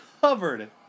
covered